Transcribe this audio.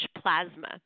plasma